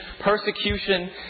persecution